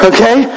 Okay